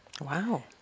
Wow